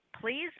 Please